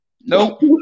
Nope